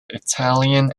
italian